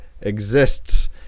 exists